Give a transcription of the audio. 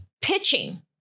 pitching